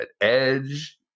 edge